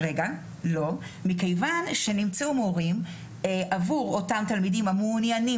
מכיוון שנמצאו מורים עבור אותם תלמידים המעוניינים